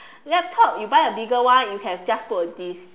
laptop you buy a bigger one you can just put a disc